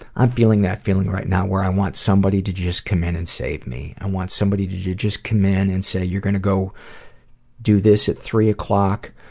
i'm feeling that feeling right now where i want somebody to just come in and save me. i want somebody to just come in and say, you are going to go do this at three o'clock.